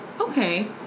Okay